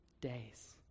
days